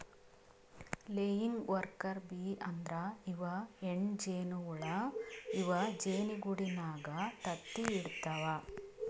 laying worker bee ಅಂದ್ರ ಇವ್ ಹೆಣ್ಣ್ ಜೇನಹುಳ ಇವ್ ಜೇನಿಗೂಡಿನಾಗ್ ತತ್ತಿ ಇಡತವ್